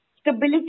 stability